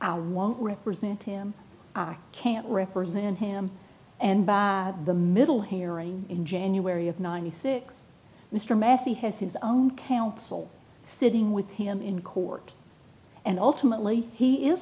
our won't represent him act can't represent him and bad the middle hearing in january of ninety six mr massey has his own counsel sitting with him in court and ultimately he is